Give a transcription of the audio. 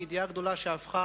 וידיעה גדולה שהפכה